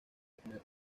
responder